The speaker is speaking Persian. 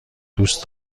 دوست